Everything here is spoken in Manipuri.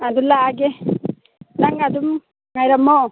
ꯑꯗꯨ ꯂꯥꯛꯑꯒꯦ ꯅꯪ ꯑꯗꯨꯝ ꯉꯥꯏꯔꯝꯃꯣ